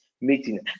meeting